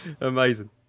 Amazing